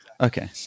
Okay